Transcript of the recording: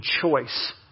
choice